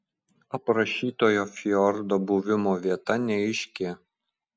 aprašytojo fjordo buvimo vieta neaiški